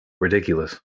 Ridiculous